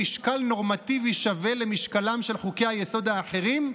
משקל נורמטיבי שווה למשקלם של חוקי-היסוד האחרים,